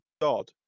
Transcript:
God